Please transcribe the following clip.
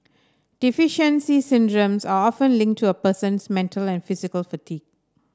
deficiency syndromes are often linked to a person's mental and physical fatigue